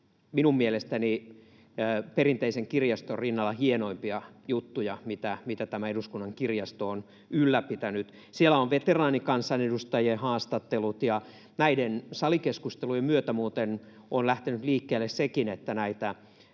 minun mielestäni perinteisen kirjaston rinnalla yksi hienoimmista jutuista, mitä eduskunnan kirjasto on ylläpitänyt. Siellä on veteraanikansanedustajien haastattelut, ja näiden salikeskustelujen myötä muuten on lähtenyt liikkeelle sekin, että näitä